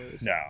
No